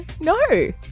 no